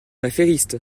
affairiste